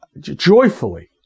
joyfully